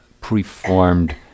preformed